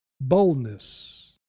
boldness